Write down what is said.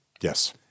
yes